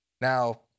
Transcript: Now